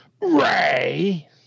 Ray